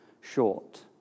short